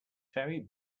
ferry